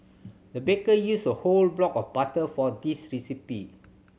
the baker used a whole block of butter for this recipe